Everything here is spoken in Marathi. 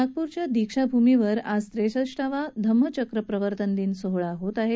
नागपूरच्या दीक्षा भूमीवर आज त्रेसष्ठावा धम्मचक्र प्रवर्तन दिन सोहळा होत आहे